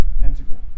pentagram